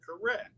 correct